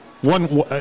One